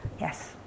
yes